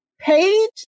Page